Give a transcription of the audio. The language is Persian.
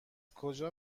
کجا